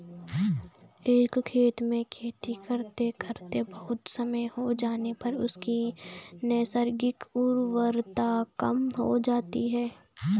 एक खेत में खेती करते करते बहुत समय हो जाने पर उसकी नैसर्गिक उर्वरता कम हो जाती है